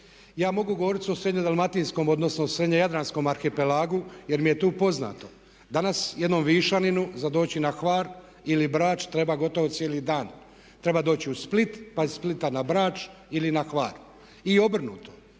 ja mogu govoriti o srednje dalmatinskom, odnosno srednje jadranskom arhipelagu jer mi je tu poznato. Danas jednom Višaninu za doći na Hvar ili Brač treba gotovo cijeli dan. Treba doći u Split, pa iz Splita na Brač ili na Hvar. I obrnuto,